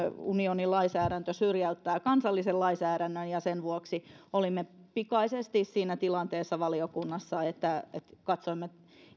unionin lainsäädäntö syrjäyttää kansallisen lainsäädännön ja sen vuoksi olimme pikaisesti siinä tilanteessa valiokunnassa että katsoimme